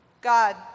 God